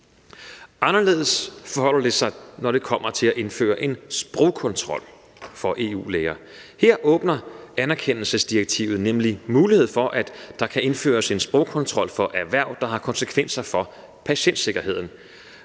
Anderledes forholder det sig, når det kommer til at indføre en sprogkontrol for EU-læger. Her åbner anerkendelsesdirektivet nemlig mulighed for, at der kan indføres en sprogkontrol for personer i erhverv, der har konsekvenser for patientsikkerheden.